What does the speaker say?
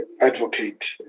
Advocate